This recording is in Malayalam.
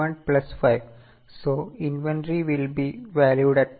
So inventory will be valued at 26000 ok